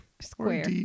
Square